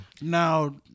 Now